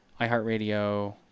iHeartRadio